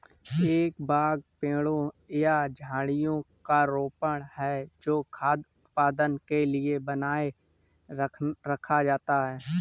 एक बाग पेड़ों या झाड़ियों का रोपण है जो खाद्य उत्पादन के लिए बनाए रखा जाता है